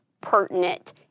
pertinent